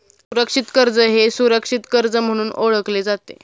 सुरक्षित कर्ज हे सुरक्षित कर्ज म्हणून ओळखले जाते